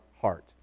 heart